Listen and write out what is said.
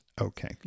Okay